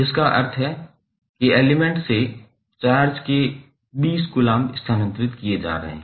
इसका अर्थ है कि एलिमेंट से चार्ज के 20 कूलम्ब स्थानांतरित किए जा रहे हैं